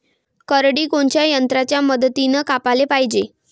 करडी कोनच्या यंत्राच्या मदतीनं कापाले पायजे?